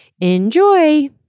enjoy